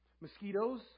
Mosquitoes